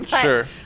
Sure